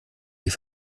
die